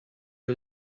you